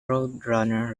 roadrunner